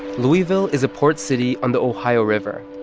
louisville is a port city on the ohio river,